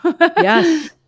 yes